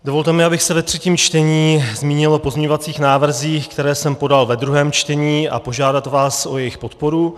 Dovolte mi, abych se ve třetím čtení zmínil o pozměňovacích návrzích, které jsem podal ve druhém čtení, a požádal vás o jejich podporu.